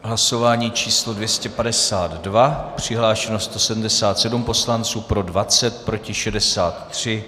Hlasování číslo 252, přihlášeno 177 poslanců, pro 20, proti 63.